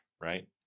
right